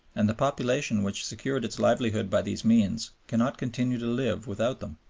and the population which secured its livelihood by these means cannot continue to live without them.